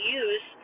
use